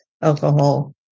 alcohol